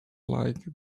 like